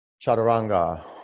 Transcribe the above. Chaturanga